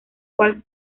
cual